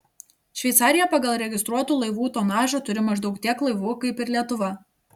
šveicarija pagal registruotų laivų tonažą turi maždaug tiek laivų kaip ir lietuva